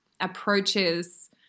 approaches